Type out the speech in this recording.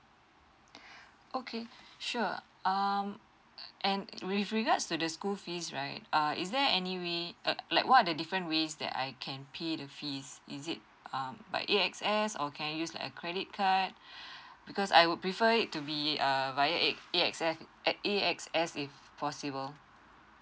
okay sure um and with regards to the school fees right err is there any way uh like what are the different ways that I can pay the fees is it um by A_X_S or can I use like a credit card because I would prefer it to be um via A A_X_S at A_X_S if possible